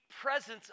presence